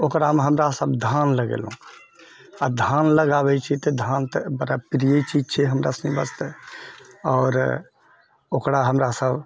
ओकरामे हमरासब धान लगेलहुँ आओर धान लगाबै छी तऽ धान तऽ बड़ा प्रिय चीज छै हमरासबके वास्ते आओर ओकरा हमरासब